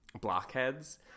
Blockhead's